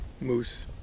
moose